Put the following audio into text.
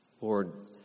Lord